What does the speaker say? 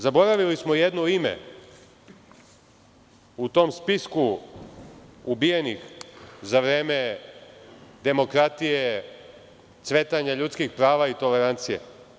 Zaboravili smo jedno ime u tom spisku ubijenih za vreme demokratije, cvetanja ljudskih prava i tolerancije.